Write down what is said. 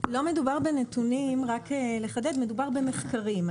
לא מדובר בנתונים, רק לחדד, מדובר במחקרים.